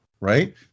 right